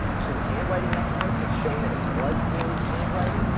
two handwriting experts have shown that it was neely's handwriting,